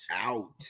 out